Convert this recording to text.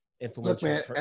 influential